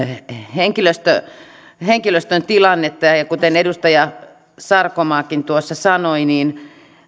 henkilöstön tilannetta ja ja kuten edustaja sarkomaakin tuossa sanoi